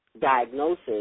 diagnosis